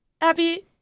Abby